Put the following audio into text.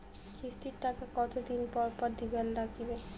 কিস্তির টাকা কতোদিন পর পর দিবার নাগিবে?